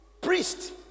Priest